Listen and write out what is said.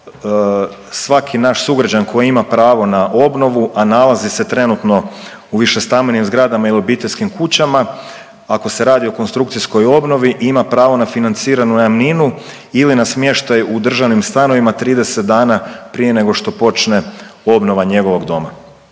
svaki naš sugrađan koji ima pravo na obnovu, a nalazi se trenutno u višestambenim zgradama ili obiteljskim kućama, ako se radi o konstrukcijskoj obnovi ima pravo na financiranu najamninu ili na smještaj u državnim stanovima 30 dana prije nego što počne obnova njegovog doma,